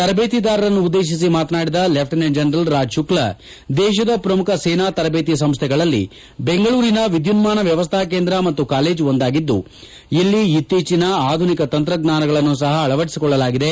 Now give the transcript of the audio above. ತರಬೇತಿದಾರರನ್ನು ಉದ್ದೇಶಿಸಿ ಮಾತನಾಡಿದ lieutenant general Raj Shukla ದೇಶದ ಪ್ರಮುಖ ಸೇನಾ ತರಬೇತಿ ಸಂಸ್ಥೆಗಳಲ್ಲಿ ಬೆಂಗಳೂರಿನ ವಿದ್ಯುನ್ಮಾನ ವ್ಯವಸ್ಥಾ ಕೇಂದ್ರ ಮತ್ತು ಕಾಲೇಜು ಒಂದಾಗಿದ್ದು ಇಲ್ಲಿ ಇತ್ತೀಚನ ಆಧುನಿಕ ತಂತ್ರಜ್ವಾನಗಳನ್ನು ಸಪ ಅಳವಡಿಸಿಕೊಳ್ಳಲಾಗಿದೆ